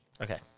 Okay